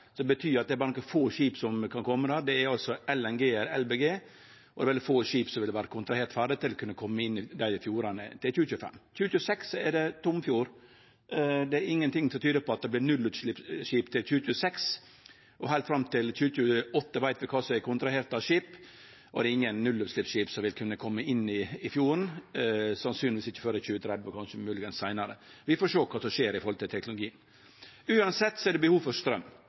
Det betyr at det er berre nokre få skip som kan kome då. Det er altså LNG eller LBG, og det er veldig få skip som vil vere ferdig kontraherte til å kunne kome inn i dei fjordane til 2025. I 2026 er det «tom fjord». Det er ingenting som tyder på at det vert nullutsleppsskip til 2026. Heilt fram til 2028 veit vi kva som er kontrahert av skip, og det er ingen nullutsleppsskip som vil kunne kome inn fjorden, sannsynlegvis ikkje før i 2030, kanskje seinare. Vi får sjå kva som skjer når det gjeld teknologi. Uansett er det behov for